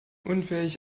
unfähig